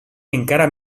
encara